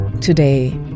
Today